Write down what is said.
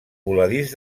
voladís